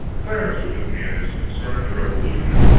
clarence was with me as concerned the revolution,